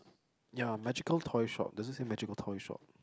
yep magical toy shop does it say magical toy shop